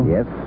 Yes